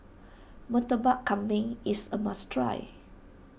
Murtabak Kambing is a must try